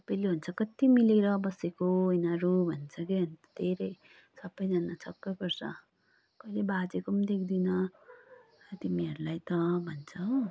सबैले भन्छ कति मिलेर बसेको यिनीहरू भन्छ क्या धेरै सबैजना छक्कै पर्छ कहिले बाजेको पनि देख्दिनँ तिमीहरूलाई त भन्छ हो